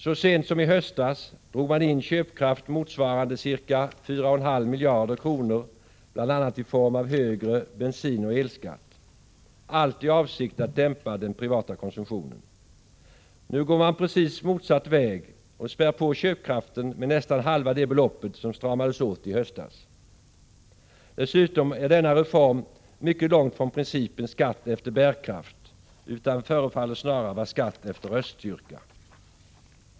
Så sent som i höstas drog man in köpkraft motsvarande ca 4,5 miljarder kronor, bl.a. i form av högre bensinoch elskatt — allt i avsikt att dämpa den privata konsumtionen. Nu går man precis motsatt väg och spär på köpkraften med nästan halva det belopp som man stramade åt med i höstas. Dessutom är denna reform mycket långt från principen skatt efter bärkraft. Det förefaller snarare vara fråga om skatt efter röststyrka.